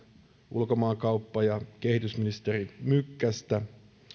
ulkomaankauppa ja kehitysministeri mykkästä